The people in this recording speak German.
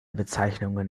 bezeichnungen